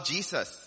Jesus